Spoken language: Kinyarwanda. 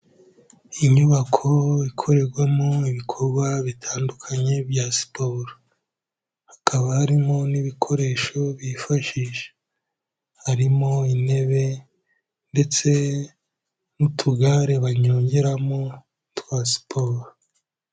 Ni inyubako ikorerwamo ibikorwa bitandukanye bya siporo, hakaba harimo n'ibikoresho bifashisha, harimo intebe ndetse n'utugare banyongeramo twa siporo.